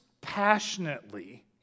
passionately